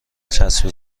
چسب